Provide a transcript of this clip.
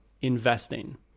investing